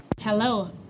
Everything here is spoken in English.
Hello